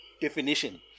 definition